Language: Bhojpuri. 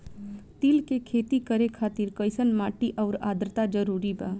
तिल के खेती करे खातिर कइसन माटी आउर आद्रता जरूरी बा?